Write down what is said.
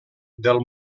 del